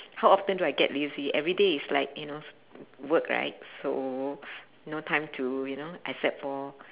how often do I get lazy everyday is like you know work right so you know time to you know except for